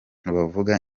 bavuga